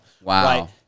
Wow